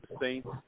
Saints –